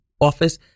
office